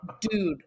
dude